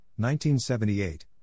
1978